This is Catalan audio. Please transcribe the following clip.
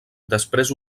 després